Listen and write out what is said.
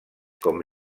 com